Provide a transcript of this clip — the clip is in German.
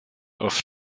auf